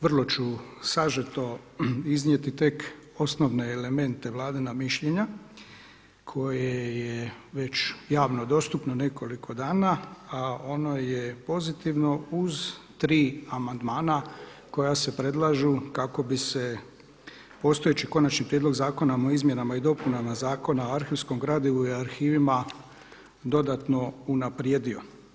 Vrlo ću sažeto iznijeti tek osnovne elemente Vladina mišljenja koje je već javno dostupno nekoliko dana, a ono je pozitivno uz tri amandmana koja se predlažu kako bi se postojeći Konačni prijedlog zakona o izmjenama i dopunama Zakona o arhivskom gradivu i arhivima dodatno unaprijedio.